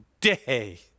day